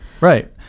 right